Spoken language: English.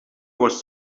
was